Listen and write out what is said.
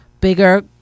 bigger